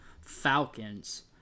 Falcons